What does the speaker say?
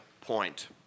point